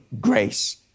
grace